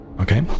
Okay